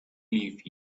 leave